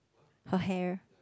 her hair